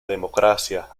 democracia